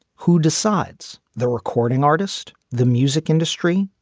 who decides? the recording artist? the music industry?